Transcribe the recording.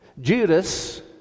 Judas